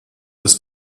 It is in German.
des